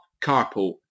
carpool